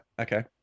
Okay